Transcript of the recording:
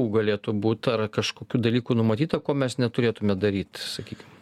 galėtų būt ar kažkokių dalykų numatyta ko mes neturėtume daryt sakykim